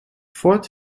fort